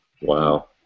Wow